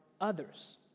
others